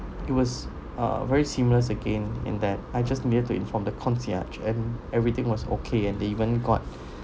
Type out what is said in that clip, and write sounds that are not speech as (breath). it was a very seamless again in that I just needed to inform the concierge and everything was okay and they even got (breath)